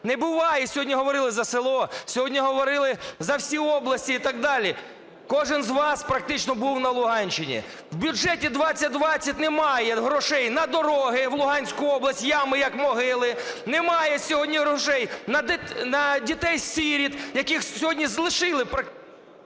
Не буває, сьогодні говорили за село, сьогодні говорили за всі області і так далі, кожен з вас практично був на Луганщині, в бюджеті 2020 немає грошей на дороги в Луганську область, ями, як могили, немає сьогодні грошей на дітей-сиріт, яких сьогодні лишили…